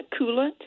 coolant